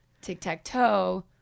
tic-tac-toe